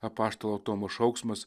apaštalo tomo šauksmas